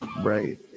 Right